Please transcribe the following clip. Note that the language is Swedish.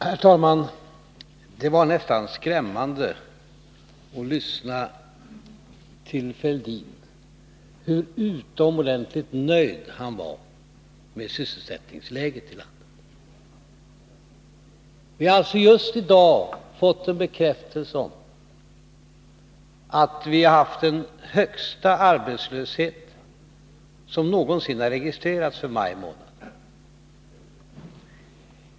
Herr talman! Det var nästan skrämmande att lyssna till Thorbjörn Fälldin — hur utomordentligt nöjd han var med sysselsättningsläget i landet. Vi har just i dag fått bekräftelse på att vi har haft den högsta arbetslöshet som någonsin registrerats för maj månad.